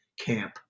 camp